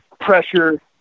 pressure